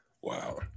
Wow